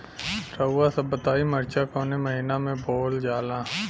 रउआ सभ बताई मरचा कवने महीना में बोवल जाला?